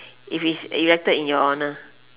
if it's erected in your honour